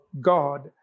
God